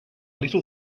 little